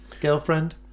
girlfriend